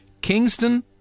Kingston